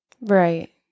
Right